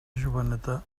joveneta